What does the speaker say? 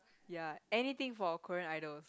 ya anything for Korean idols